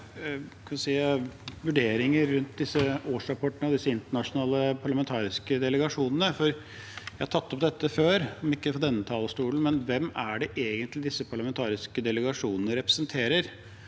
vurderinger rundt årsrapportene fra de internasjonale parlamentariske delegasjonene. Jeg har tatt opp dette før, om ikke fra denne talerstolen: Hvem er det egentlig disse parlamentariske delegasjonene representerer?